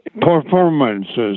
performances